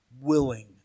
willing